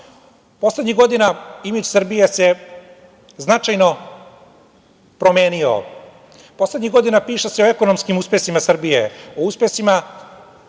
Poslednjih godina imidž Srbije se značajno promenio. Poslednjih godina piše se o ekonomskim uspesima Srbije, o uspesima